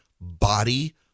body